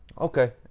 Okay